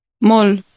mol